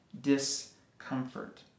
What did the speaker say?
discomfort